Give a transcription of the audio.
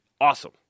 awesome